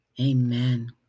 amen